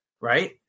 Right